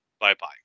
Bye-bye